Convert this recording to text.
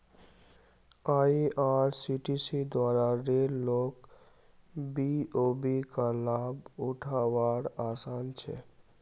IRCTC द्वारा रेल लोक बी.ओ.बी का लाभ उठा वार आसान छे